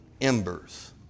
embers